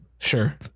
sure